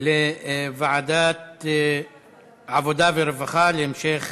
החוק עוברת לוועדת העבודה והרווחה להמשך